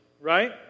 right